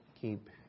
Keep